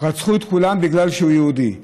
רצחו את כולם בגלל שהם יהודים.